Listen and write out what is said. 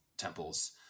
temples